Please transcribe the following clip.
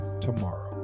tomorrow